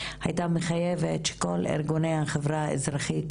הייתה מחייבת שכל ארגוני החברה האזרחית,